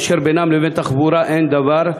אשר בינם לבין תחבורה אין דבר.